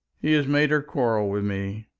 he has made her quarrel with me.